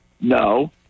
No